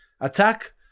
Attack